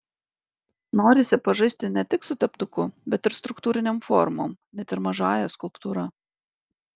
norisi pažaisti ne tik su teptuku bet ir struktūrinėm formom net ir mažąja skulptūra